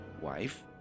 wife